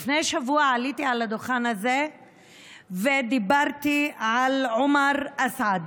לפני שבוע עליתי על הדוכן הזה ודיברתי על עומר אסעד.